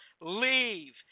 leave